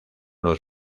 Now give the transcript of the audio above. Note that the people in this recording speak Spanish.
los